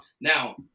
Now